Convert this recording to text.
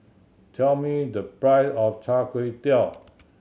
tell me the price of chai kway tow